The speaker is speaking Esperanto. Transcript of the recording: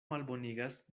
malbonigas